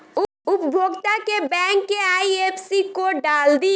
उपभोगता के बैंक के आइ.एफ.एस.सी कोड डाल दी